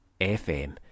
FM